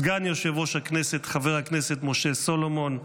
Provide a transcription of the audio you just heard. סגן יושב-ראש הכנסת חבר הכנסת משה סולומון,